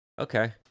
Okay